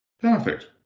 perfect